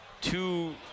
two